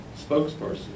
spokesperson